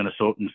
Minnesotans